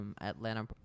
Atlanta